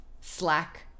Slack